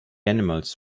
animals